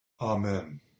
Amen